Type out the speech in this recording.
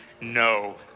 no